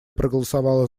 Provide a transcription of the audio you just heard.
проголосовала